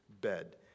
bed